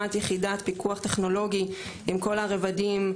הקמת יחידת פיקוח טכנולוגי עם כל הרבדים,